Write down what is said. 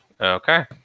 Okay